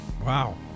Wow